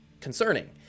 concerning